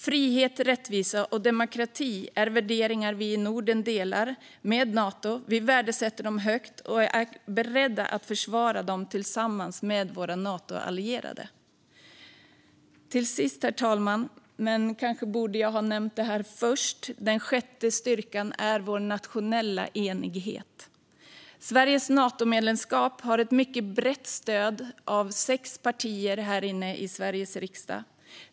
Frihet, rättvisa och demokrati är värderingar som vi i Norden delar med Nato. Vi värdesätter dem högt och är beredda att försvara dem tillsammans med våra Natoallierade. Herr talman! Den sjätte styrkan, som jag kanske borde ha nämnt först, är vår nationella enighet. Sveriges Natomedlemskap har ett mycket brett stöd av sex partier här i Sveriges riksdag.